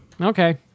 Okay